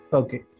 okay